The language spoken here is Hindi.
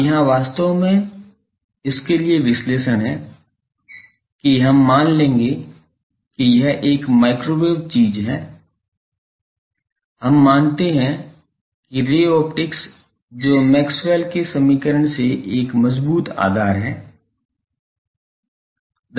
अब यहां वास्तव में इसके लिए विश्लेषण है कि हम मान लेंगे कि यह एक माइक्रोवेव चीज है हम मानते हैं कि रे ऑप्टिक्स जो मैक्सवेल के समीकरण से एक मजबूत आधार है